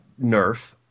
nerf